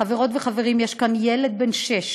חברות וחברים, יש כאן ילד בן שש